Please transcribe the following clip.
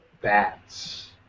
bats